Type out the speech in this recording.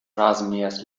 rasenmähers